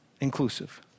inclusive